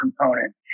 component